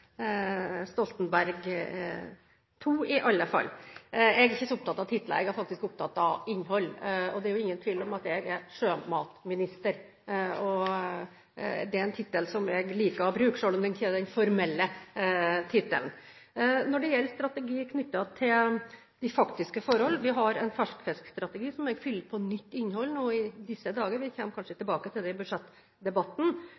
Stoltenberg II, i alle fall. Jeg er ikke så opptatt av titler, jeg er faktisk opptatt av innhold, og det er ingen tvil om at jeg er sjømatminister. Det er en tittel jeg liker å bruke, selv om det ikke er den formelle tittelen. Når det gjelder strategi knyttet til de faktiske forhold: Vi har en ferskfiskstrategi som jeg fyller på med nytt innhold i disse dager. Vi kommer kanskje